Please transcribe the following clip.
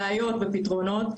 בעיות ופתרונות,